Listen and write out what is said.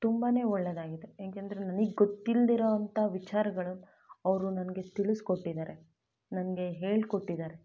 ತುಂಬಾ ಒಳ್ಳೆಯದಾಗಿದೆ ಯಾಕೆಂದ್ರೆ ನನಗ್ ಗೊತ್ತಿಲ್ಲದಿರೋಂಥ ವಿಚಾರಗಳನ್ನು ಅವರು ನನಗೆ ತಿಳಿಸ್ಕೊಟ್ಟಿದಾರೆ ನನಗೆ ಹೇಳ್ಕೊಟ್ಟಿದಾರೆ